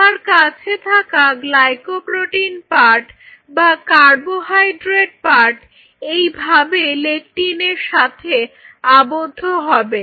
তোমার কাছে থাকা গ্লাইকোপ্রোটিন পার্ট বা কার্বোহাইড্রেট পার্ট এইভাবে লেকটিনের সাথে আবদ্ধ হবে